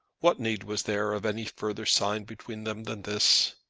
what need was there of any further sign between them than this?